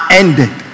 ended